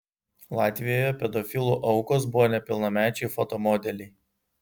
latvijoje pedofilų aukos buvo nepilnamečiai foto modeliai